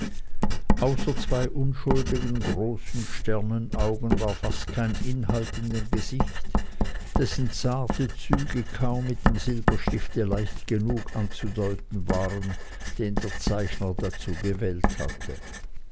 außer zwei unschuldigen großen sternenaugen war fast kein inhalt in dem gesicht dessen zarte züge kaum mit dem silberstifte leicht genug anzudeuten waren den der zeichner dazu gewählt hatte